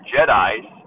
Jedi's